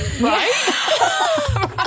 right